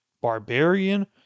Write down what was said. barbarian